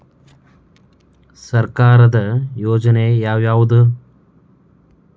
ಸರ್ಕಾರದ ಯೋಜನೆ ಯಾವ್ ಯಾವ್ದ್?